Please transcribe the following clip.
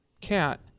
cat